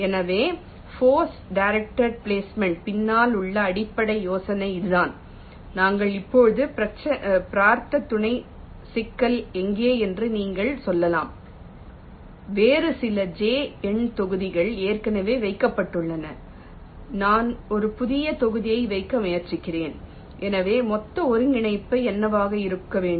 எனவே force directed placement பின்னால் உள்ள அடிப்படை யோசனை இதுதான் நாங்கள் இப்போது பார்த்த துணை சிக்கல் எங்கே என்று நீங்கள் சொல்லலாம் வேறு சில j எண் தொகுதிகள் ஏற்கனவே வைக்கப்பட்டுள்ளன நான் ஒரு புதிய தொகுதியை வைக்க முயற்சிக்கிறேன் எனவே மொத்த ஒருங்கிணைப்பு என்னவாக இருக்க வேண்டும்